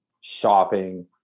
shopping